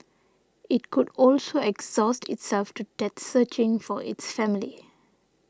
it could also exhaust itself to death searching for its family